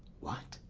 what,